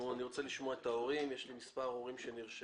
אני רוצה לשמוע את ההורים, יש מספר הורים שנרשמו.